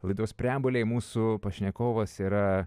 laidos preambulėje mūsų pašnekovas yra